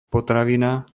potravina